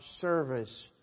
service